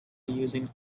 using